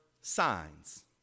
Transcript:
signs